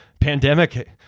Pandemic